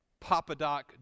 Papadoc